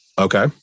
Okay